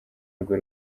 rwe